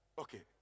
Okay